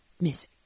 Miss